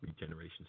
regeneration